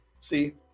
see